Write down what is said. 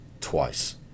twice